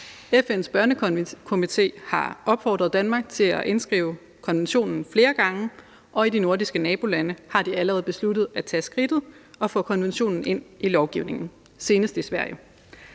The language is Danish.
FN's Børnekomité har flere gange opfordret Danmark til at indskrive konventionen, og i de nordiske nabolande har de allerede besluttet at tage skridtet og få konventionen ind i lovgivningen, senest i Sverige.